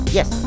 Yes